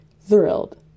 Thrilled